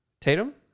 Tatum